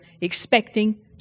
expecting